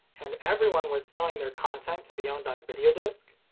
and everyone was selling their content to be owned on videodisc,